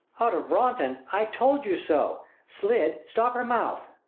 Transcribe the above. out of broughton! i told you so. slid, stop her mouth.